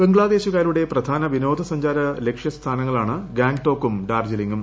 ബംഗ്ലാദേശുകാരുടെ പ്രധാന വിനോദസഞ്ചാര ലക്ഷ്യ സ്ഥാനങ്ങളാണ് ഗാംഗ്ടോക്കും ഡാർജിലിംഗും